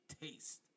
Taste